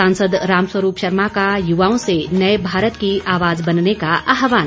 सांसद रामस्वरूप शर्मा का युवाओं से नए भारत की आवाज बनने का आहवान